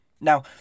Now